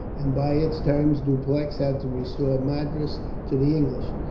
and by its terms dupleix had to restore madras to the english.